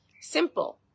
Simple